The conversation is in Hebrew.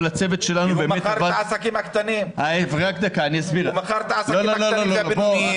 אבל הצוות שלנו באמת עבד --- כי הוא מכר את העסקים הקטנים והבינוניים,